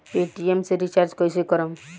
Paytm से recharge कईसे करम?